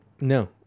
No